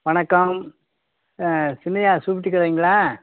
வணக்கம் ஆ சின்னையா ஸ்வீட்டு கடைங்களா